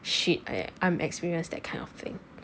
shit eh I'm experienced that kind of thing